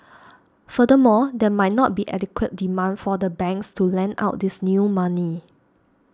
furthermore there might not be adequate demand for the banks to lend out this new money